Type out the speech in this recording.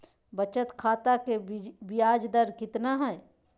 बचत खाता के बियाज दर कितना है?